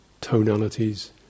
tonalities